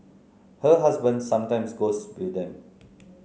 her husband sometimes goes with them